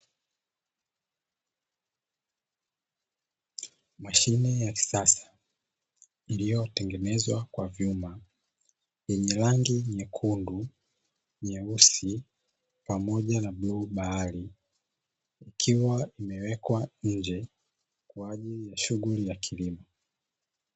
Mashine ya kisasa iliyotengenezwa kwa vyuma yenye rangi nyekundu, nyeusi pamoja na bluu bahari, ikiwa imewekwa nje kwa ajili ya shughuli ya kilimo.